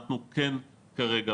אנחנו כן כרגע,